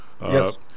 Yes